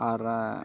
ᱟᱨ